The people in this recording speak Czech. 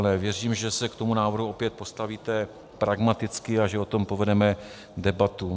Věřím, že se k tomu návrhu opět postavíte pragmaticky a že o tom povedeme debatu.